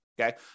Okay